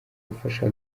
gufasha